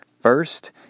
First